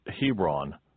Hebron